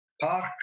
park